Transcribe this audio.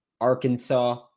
Arkansas